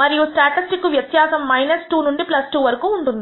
మరియు స్టాటిస్టిక్ కు వ్యత్యాసం 2 నుండి2 వరకు ఉంటుంది